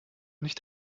nicht